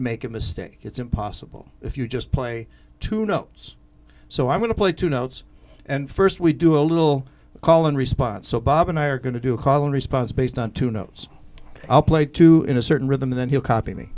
make a mistake it's impossible if you just play to know it's so i'm going to play two notes and first we do a little call and response so bob and i are going to do a call and response based on two notes i'll play to in a certain rhythm then he'll copy